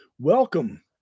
welcome